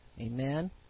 amen